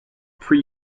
pre